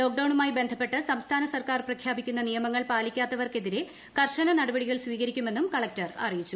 ലോക്ഡൌണുമായി ബന്ധപ്പെട്ട് സംസ്ഥാന സർക്കാർ പ്രഖ്യാപിക്കുന്ന നിയമങ്ങൾ പാലിക്കാത്തവർക്കെതിരെ കർശന നടപടികൾ സ്വീകരിക്കുമെന്നും ജില്ലാ കളക്ടർ അറിയിച്ചു